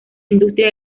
industria